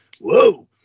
whoa